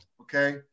Okay